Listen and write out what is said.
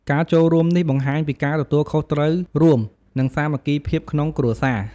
ការចូលរួមនេះបង្ហាញពីការទទួលខុសត្រូវរួម និងសាមគ្គីភាពក្នុងគ្រួសារ។